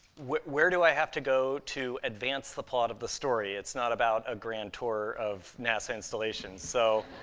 where do i have to go to advance the plot of the story? it's not about a grand tour of nasa installations, so.